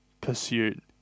pursuit